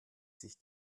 sich